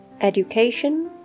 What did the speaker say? Education